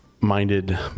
minded